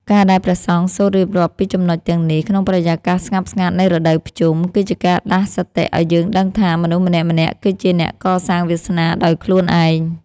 ការដែលព្រះសង្ឃសូត្ររៀបរាប់ពីចំណុចទាំងនេះ ក្នុងបរិយាកាសស្ងប់ស្ងាត់នៃរដូវភ្ជុំ គឺជាការដាស់សតិឱ្យយើងដឹងថា មនុស្សម្នាក់ៗគឺជាអ្នកកសាងវាសនាដោយខ្លួនឯង។